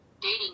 dating